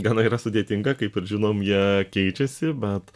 gana yra sudėtinga kaip ir žinom jie keičiasi bet